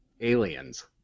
Aliens